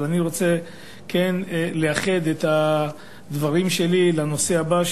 אבל אני רוצה כן לייחד את הדברים שלי לנושא הבא,